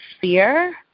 fear